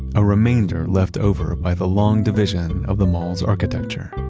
a remainder left over by the long division of the mall's architecture.